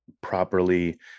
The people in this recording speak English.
properly